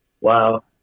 Wow